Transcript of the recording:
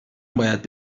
باید